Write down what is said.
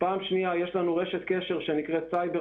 פעם שנייה יש לנו רשת קשר שנקראת: "סייבר